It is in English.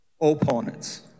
opponents